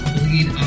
Bleed